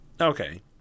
Okay